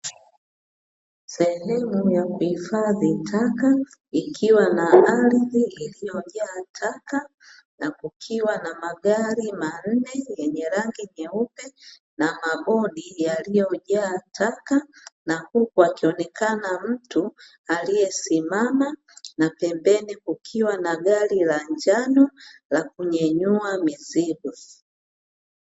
Sehemu ya kuhifadhi taka, ikiwa na ardhi iliyojaa taka, na kukiwa na magari manne yenye rangi nyeupe, na mabodi yaliyojaa taka na huku akionekana mtu aliyesimama, na pembeni kukiwa na gari la njano la kunyanyua mizigo.